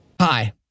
hi